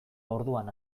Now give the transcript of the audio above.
orduan